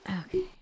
Okay